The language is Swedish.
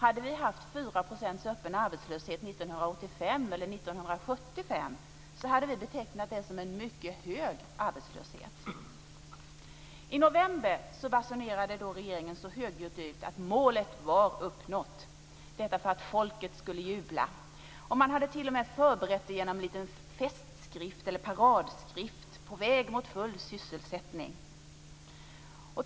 Om vi 1985 eller 1975 hade haft 4 % öppen arbetslöshet skulle vi ha betecknat det som mycket hög arbetslöshet. I november basunerade regeringen högljutt ut att målet var uppnått; detta för att folket skulle jubla. Man hade t.o.m. förberett det med en liten festskrift, paradskrift - På väg mot full sysselsättning.